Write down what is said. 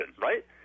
right